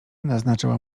naznaczyła